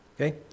Okay